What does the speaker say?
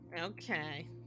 okay